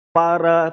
para